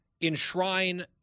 enshrine